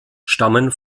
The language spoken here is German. stammen